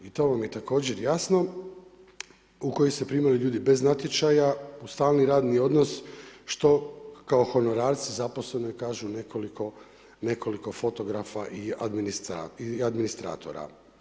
I to vam je također jasno, u kojoj se primaju ljudi bez natječaja u stalni radni odnos što kao honorarci zaposleni kažu nekoliko fotografa i administratora.